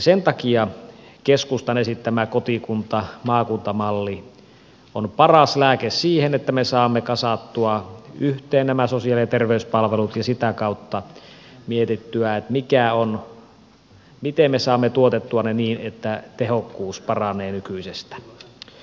sen takia keskustan esittämä kotikuntamaakunta malli on paras lääke siihen että me saamme kasattua yhteen nämä sosiaali ja terveyspalvelut ja sitä kautta mietittyä miten me saamme tuotettua ne niin että tehokkuus paranee nykyisestä